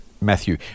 Matthew